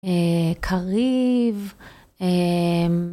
אה... קריב. אה...